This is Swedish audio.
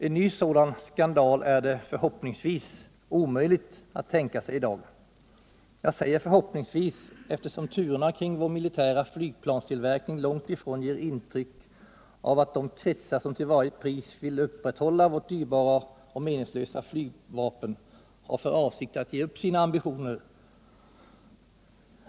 En ny sådan skandal är det förhoppningsvis omöjligt att vi skall få i dag — jag säger förhoppningsvis, eftersom turerna kring tillverkningen av våra militära flygplan långt ifrån ger intryck av att de kretsar som till varje pris vill upprätthålla vårt dyrbara och meningslösa flygvapen har för avsikt att ge upp sina ambitioner.